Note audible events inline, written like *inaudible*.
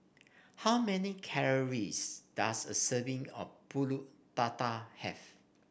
how many *noise* calories does a serving of pulut Tatal have